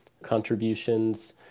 Contributions